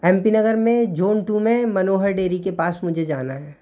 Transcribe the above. M P Nagar में zone two में Manohar dairy के पास मुझे जाना है